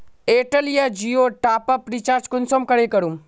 Airtel या जियोर top up recharge कुंसम करे करूम?